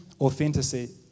authenticity